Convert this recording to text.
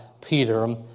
Peter